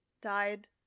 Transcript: died